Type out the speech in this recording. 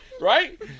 right